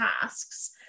tasks